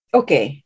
okay